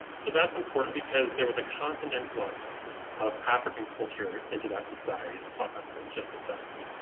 so that's important because there was a constant influx of african culture into that society. and i'll talk about that in just a second.